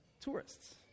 tourists